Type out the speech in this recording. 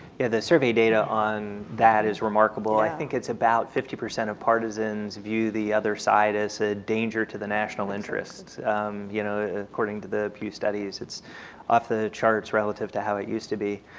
yeah the survey data on that is remarkable i think it's about fifty percent of partisans view the other side as a danger to the national interest you know according to the pew studies it's off the charts relative to how it used to be